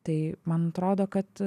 tai man atrodo kad